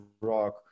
Rock